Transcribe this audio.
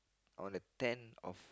on the tenth of